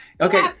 Okay